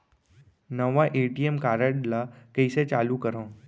नवा ATM card ल कइसे चालू करव?